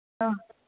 ಹಾಂ